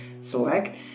select